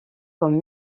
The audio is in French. comme